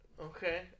Okay